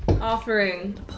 offering